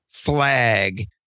flag